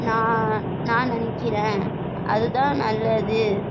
நான் நான் நினைக்கிறேன் அது தான் நல்லது